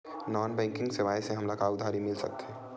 Non banking सेवाएं से हमला उधारी मिल जाहि?